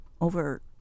over